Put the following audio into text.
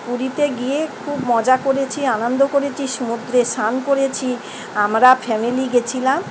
পুরীতে গিয়ে খুব মজা করেছি আনন্দ করেছি সমুদ্রে সান করেছি আমরা ফ্যামিলি গেছিলাম